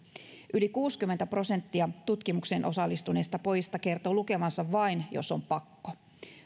yli kuusikymmentä prosenttia tutkimukseen osallistuneista pojista kertoo lukevansa vain jos on pakko